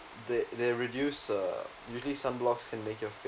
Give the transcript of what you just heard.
they they reduce uh usually sunblock can make your face